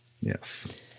Yes